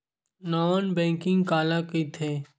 Non banking काला कइथे?